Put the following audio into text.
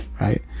right